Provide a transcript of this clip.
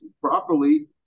properly